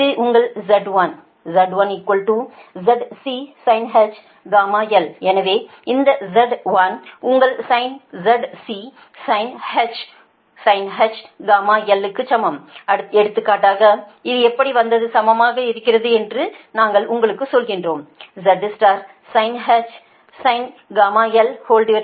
இது உங்கள் Z1 Z1 ZCsinh γl எனவே இந்த Z1 உங்கள்sin ZCsinh γl க்கு சமம் அடுத்ததாக அது எப்படி சமமாக இருக்கும் என்று நான் உங்களுக்கு சொல்கிறேன் Z sinh γl γl